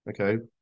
okay